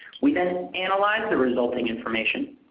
we then analyzed the resulting information.